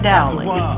Dowling